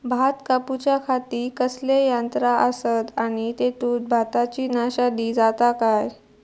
भात कापूच्या खाती कसले यांत्रा आसत आणि तेतुत भाताची नाशादी जाता काय?